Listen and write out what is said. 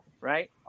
right